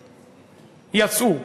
יצאו.